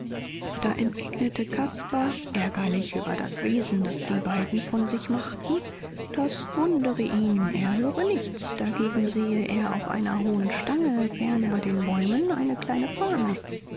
da entgegnete caspar ärgerlich über das wesen das die beiden von sich machten das wundre ihn er höre nichts dagegen sehe er auf einer hohen stange fern über den bäumen eine kleine fahne